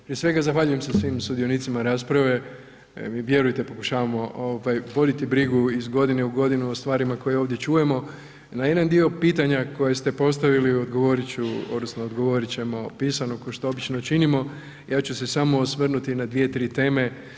Prije svega zahvaljujem se svim sudionicima rasprave jer mi vjerujte pokušavamo ovaj voditi brigu iz godine u godinu o stvarima koje ovdje čujemo i na jedan dio pitanja koje ste postavili odgovorit ću odnosno odgovorit ćemo pisano ko što obično i činimo, ja ću se samo osvrnuti na dvije, tri teme.